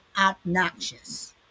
obnoxious